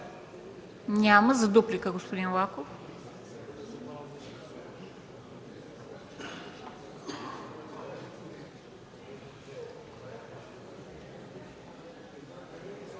Няма. За дуплика – господин Лаков.